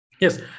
Yes